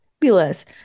fabulous